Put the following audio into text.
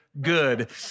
good